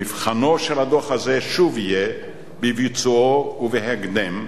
מבחנו של הדוח הזה שוב יהיה בביצועו ובהקדם,